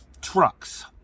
trucks